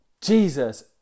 Jesus